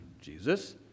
Jesus